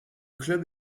club